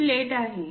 ही plate आहे